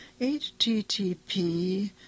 http